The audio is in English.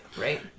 right